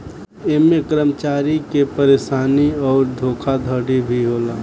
ऐमे कर्मचारी के परेशानी अउर धोखाधड़ी भी होला